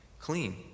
clean